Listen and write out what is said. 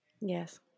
Yes